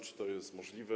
Czy to jest możliwe?